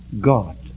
God